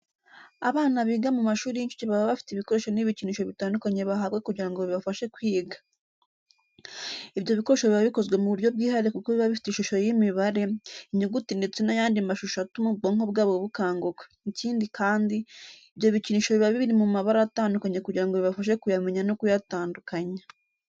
Abana biga mu mashuri y'incuke baba bafite ibikoresho n'ibikinisho bitandukanye bahabwa kugira ngo bibafashe kwiga. Ibyo bikoresho biba bikozwe mu buryo bwihariye kuko biba bifite ishusho y'imibare, inyuguti ndetse n'ayandi mashusho atuma ubwonko bwabo bukanguka. Ikindi kandi, ibyo bikinisho biba biri mu mabara atandukanye kugira ngo bibafashe kuyamenya no kuyatandukanya.